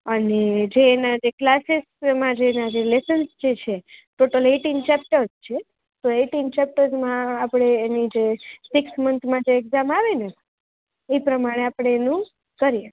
અને જે એના ક્લાસિસોમાં જે એના જે લેસન્સ છે ટોટલ એટીન ચેપ્ટર્સ જ છે તો એટીન ચેપ્ટર્સમાં આપણે એની જે સિક્સ મન્થ માટે જે એક્જામ આવે ને એ પ્રમાણે એનું આપણે કરીએ